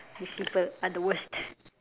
these people are the worst